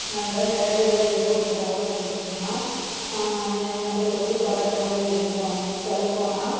நம்ப வேலையில் ஏதோ ஒரு தவறு பண்ணிட்டோம்னா நம்பளுக்கு வந்து பதட்டமாகவே இருக்கும் சொல்லப்போனால்